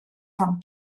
from